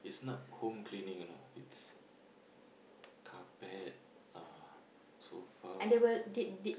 it's not home cleaning you know it's carpet uh sofa